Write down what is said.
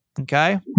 okay